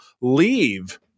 leave